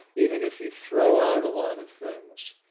even if you throw out a lot of things.